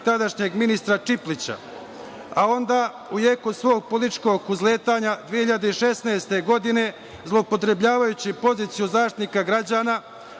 tadašnjeg ministra Čiplića, a onda u jeku svog političkog uzletanja 2016. godine zloupotrebljavajući poziciju o Zaštitniku građana